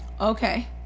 okay